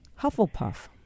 Hufflepuff